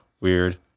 weird